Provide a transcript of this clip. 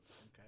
Okay